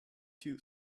too